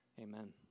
Amen